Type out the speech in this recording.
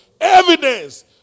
Evidence